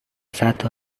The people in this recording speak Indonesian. satu